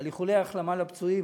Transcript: על איחולי ההחלמה לפצועים.